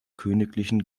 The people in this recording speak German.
königlichen